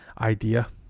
idea